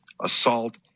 assault